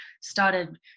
started